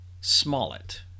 Smollett